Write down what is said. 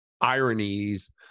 ironies